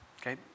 Okay